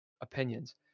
opinions